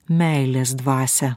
meilės dvasią